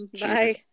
Bye